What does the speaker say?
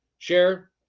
share